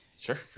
Sure